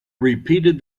repeated